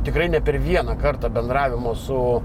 tikrai ne per vieną kartą bendravimo su